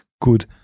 good